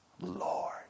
lord